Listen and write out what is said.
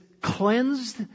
cleansed